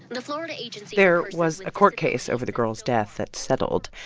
the florida agency. there was a court case over the girl's death that settled,